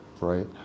right